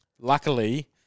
luckily